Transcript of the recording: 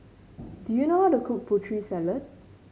do you know how to cook Putri Salad